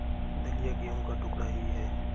दलिया गेहूं का टुकड़ा ही है